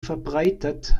verbreitert